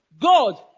God